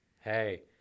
hey